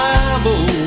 Bible